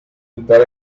entrar